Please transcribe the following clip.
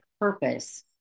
purpose